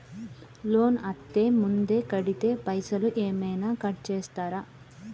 Loan అత్తే ముందే కడితే పైసలు ఏమైనా కట్ చేస్తరా?